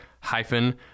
hyphen